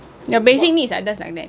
your basic needs are just like that